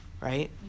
right